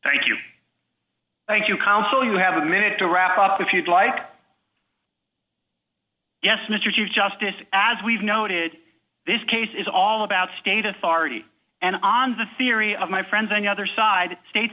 thank you thank you counsel you have a minute to wrap up if you'd like yes mr chief justice as we've noted this case is all about state authority and on the theory of my friends i know other side states